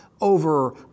over